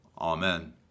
Amen